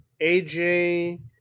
AJ